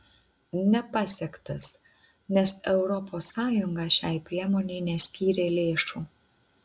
nepasiektas nes europos sąjunga šiai priemonei neskyrė lėšų